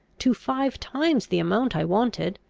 to five times the amount i wanted.